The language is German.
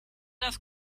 das